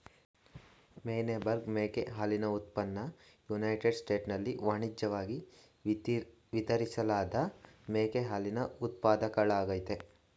Meyenberg ಮೇಕೆ ಹಾಲಿನ ಉತ್ಪನ್ನ ಯುನೈಟೆಡ್ ಸ್ಟೇಟ್ಸ್ನಲ್ಲಿ ವಾಣಿಜ್ಯಿವಾಗಿ ವಿತರಿಸಲಾದ ಮೇಕೆ ಹಾಲಿನ ಉತ್ಪಾದಕಗಳಾಗಯ್ತೆ